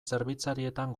zerbitzarietan